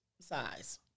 size